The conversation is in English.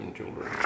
children